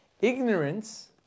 Ignorance